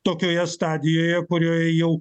tokioje stadijoje kurioj jau